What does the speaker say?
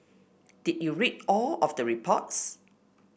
did you read all of the reports